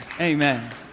Amen